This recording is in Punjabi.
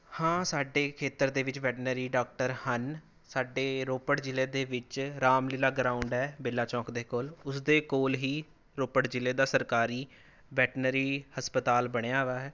ਹਾਂ ਸਾਡੇ ਖੇਤਰ ਦੇ ਵਿੱਚ ਵੈਟਨਰੀ ਡਾਕਟਰ ਹਨ ਸਾਡੇ ਰੋਪੜ ਜ਼ਿਲ੍ਹੇ ਦੇ ਵਿੱਚ ਰਾਮਲੀਲਾ ਗਰਾਊਂਡ ਹੈ ਬੇਲਾ ਚੌਂਕ ਦੇ ਕੋਲ ਉਸ ਦੇ ਕੋਲ ਹੀ ਰੋਪੜ ਜ਼ਿਲ੍ਹੇ ਦਾ ਸਰਕਾਰੀ ਵੈਟਨਰੀ ਹਸਪਤਾਲ ਬਣਿਆ ਵਾ ਹੈ